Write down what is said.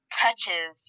touches